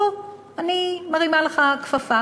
בוא, אני מרימה לך כפפה: